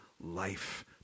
life